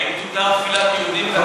האם תותר תפילת יהודים בהר-בית?